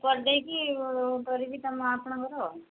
କରିଦେଇକି କରିବି ତମ ଆପଣଙ୍କର